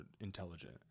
intelligent